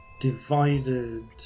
divided